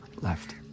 left